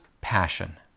passion